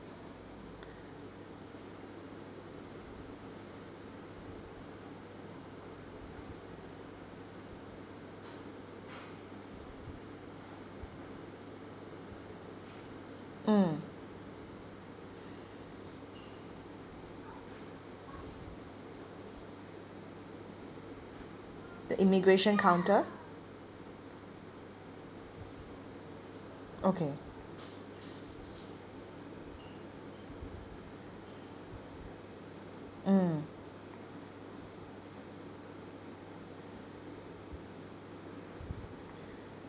mm the immigration counter okay mm